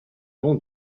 nom